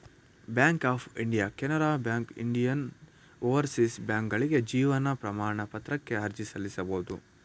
bank of India Canara bank Indian overseas ಬ್ಯಾಂಕ್ಕ್ಗಳಿಗೆ ಜೀವನ ಪ್ರಮಾಣ ಪತ್ರಕ್ಕೆ ಅರ್ಜಿ ಸಲ್ಲಿಸಬಹುದು